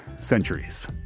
Centuries